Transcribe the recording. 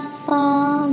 fall